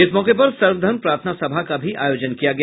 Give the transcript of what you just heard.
इस मौके पर सर्वधर्म प्रार्थना सभा का भी आयोजन किया गया